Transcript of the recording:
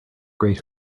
great